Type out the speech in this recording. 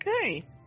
Okay